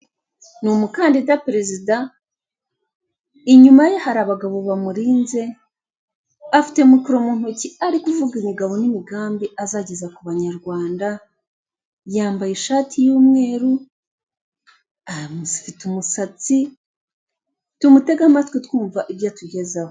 Ni umukandida perezida, inyuma ye hari abagabo bamurinze , afite mikoro mu ntoki arikuvuga imigabo n'imigambi azageza ku banyarwanda, yambaye ishati y'umweru, afite umusatsi afite umutegamatwi urikumva ibyo atugezaho.